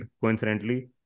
coincidentally